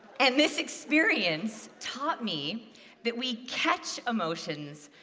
and this experience taught me that we catch emotions,